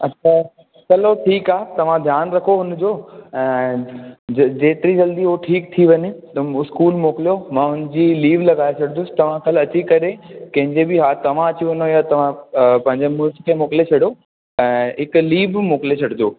अछा चलो ठीकु आहे तव्हां ध्यानु रखो हुन जो ऐं जेतिरी जल्दी हुओ ठीक थी वञे त स्कूल मोकिलियो मां हुन जी लीव लॻाए छॾिंदुसि तव्हां काल्ह अची करे कंहिंजे बि हा तव्हां अची वञो या पंहिंजे मुड़ुस खे मोकिले छॾो ऐं हिकु लीव बि मोकिले छॾिजो